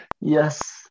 Yes